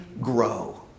grow